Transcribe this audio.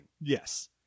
Yes